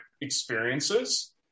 experiences